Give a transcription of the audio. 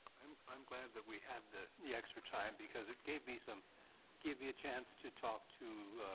um i am glad that we have the the extra time because it gave me so um gave me a chance to talk to